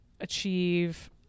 achieve